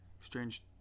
Strange